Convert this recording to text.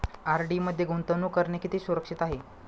RD मध्ये गुंतवणूक करणे किती सुरक्षित आहे?